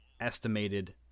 estimated